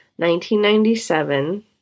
1997